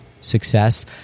success